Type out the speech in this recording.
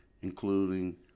including